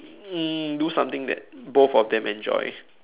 um do something that both of them enjoy